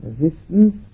resistance